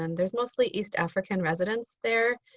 and there's mostly east african residents there.